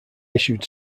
issued